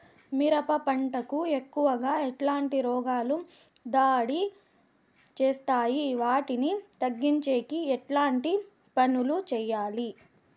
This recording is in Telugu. మిరప పంట కు ఎక్కువగా ఎట్లాంటి రోగాలు దాడి చేస్తాయి వాటిని తగ్గించేకి ఎట్లాంటి పనులు చెయ్యాలి?